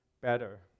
better